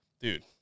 Dude